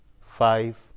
five